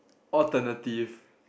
alternative